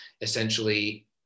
essentially